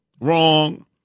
Wrong